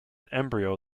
embryo